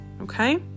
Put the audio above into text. Okay